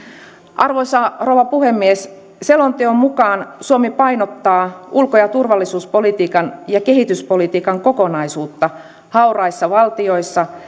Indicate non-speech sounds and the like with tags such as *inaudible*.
arvoisa rouva puhemies selonteon mukaan suomi painottaa ulko ja turvallisuuspolitiikan ja kehityspolitiikan kokonaisuutta hauraissa valtioissa *unintelligible*